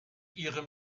ihrem